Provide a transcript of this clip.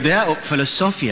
אני יודע, הוא פילוסוף.